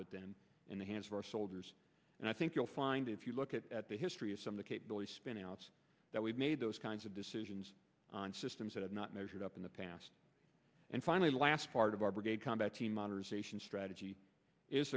put them in the hands of our soldiers and i think you'll find if you look at the history of some the capability spinouts that we've made those kinds of decisions on systems that have not measured up in the past and finally last part of our brigade combat team honors ation strategy is